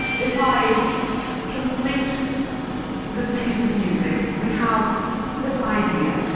if i translate this piece of music, we have this idea.